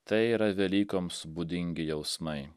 tai yra velykoms būdingi jausmai